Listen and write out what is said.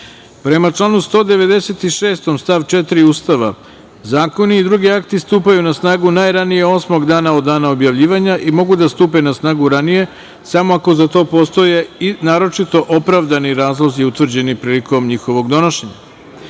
članu 196. stav 4. Ustava Republike Srbije, zakoni i drugi akti stupaju na snagu najranije osmog dana od dana objavljivanja i mogu da stupe na snagu ranije samo ako za to postoje naročito opravdani razlozi utvrđeni prilikom njihovog donošenja. Stavljam